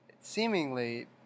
seemingly